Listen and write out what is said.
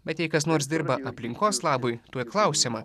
bet jei kas nors dirba aplinkos labui tuoj klausiama